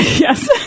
Yes